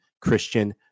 christian